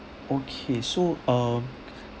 okay so um